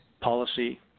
policy